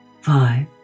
five